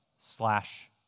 slash